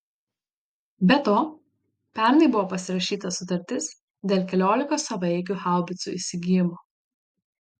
be to pernai buvo pasirašyta sutartis dėl keliolikos savaeigių haubicų įsigijimo